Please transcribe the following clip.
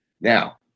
Now